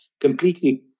completely